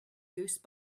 goose